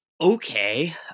Okay